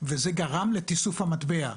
וזה גרם לתיסוף המטבע.